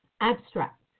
abstract